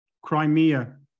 Crimea